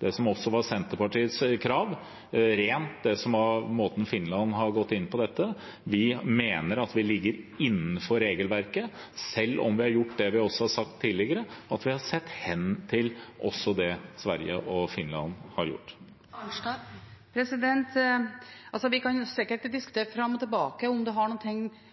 det som også var Senterpartiets krav, og det som var måten Finland har gått inn på dette. Vi mener at vi ligger innenfor regelverket, selv om vi har gjort det vi også har sagt tidligere, sett hen til også det Sverige og Finland har gjort. Marit Arnstad – til oppfølgingsspørsmål. Vi kan sikkert diskutere fram og tilbake om dette har